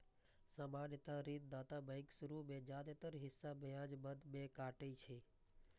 सामान्यतः ऋणदाता बैंक शुरू मे जादेतर हिस्सा ब्याज मद मे काटै छै